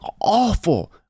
awful